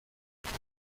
رسیدن